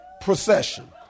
procession